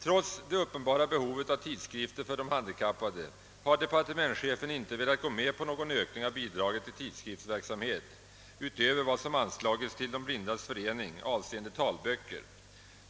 Trots det uppenbara behovet av tidskrifter för de handikappade har departementschefen inte velat gå med på någon ökning av bidraget till tidskriftsverksamheten utöver vad som anslagits till De blindas förening avseende talböcker.